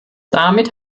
damit